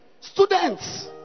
Students